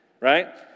Right